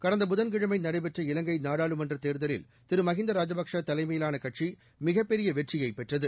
டந்த புதன்கிழமை நடைபெற்ற இலங்கை நாடாளுமன்றத் தேர்தலில் திரு மஹிந்த ராஜபக்சே தலைமயிலாள கட்சி மிகப் பெரிய வெற்றியை பெற்றது